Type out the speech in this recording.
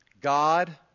God